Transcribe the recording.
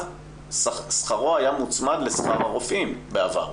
שכרו היה מוצמד לשכר הרופאים בעבר.